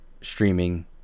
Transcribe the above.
streaming